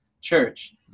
church